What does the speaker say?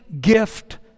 gift